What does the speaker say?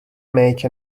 make